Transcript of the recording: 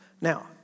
Now